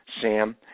Sam